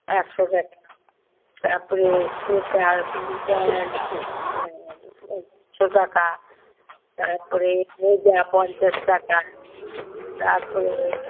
একশো টাকা তারপরে সোয়েটার ফুল প্যান্ট দুশো টাকা তাপরে মোজা পঞ্চাশ টাকা তারপরে